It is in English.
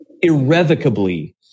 irrevocably